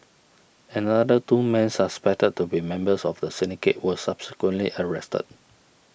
another two men suspected to be members of the syndicate were subsequently arrested